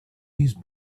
these